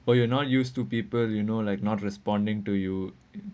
well you're not used to people you know like not responding to you